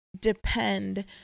depend